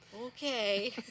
okay